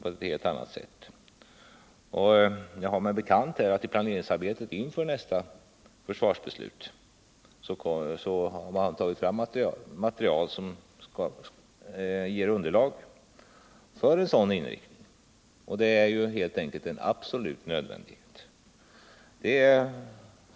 Jag har mig bekant att det material som tagits fram i planeringsarbetet inför nästa försvarsbeslut ger underlag för en sådan inriktning. Det är helt enkelt en absolut nödvändighet.